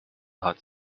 hot